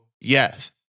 yes